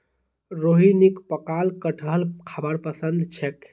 रोहिणीक पकाल कठहल खाबार पसंद छेक